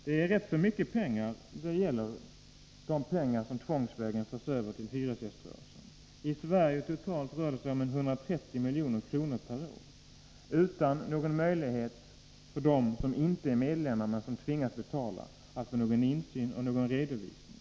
Det är rätt så mycket pengar som tvångsvägen förs över till hyresgäströrelsen — i Sverige rör det sig totalt om ca 130 milj.kr. per år — utan någon möjlighet för dem som inte är medlemmar men som tvingas betala att få insyn och redovisning.